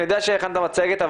אני יודע שהכנת מצגת,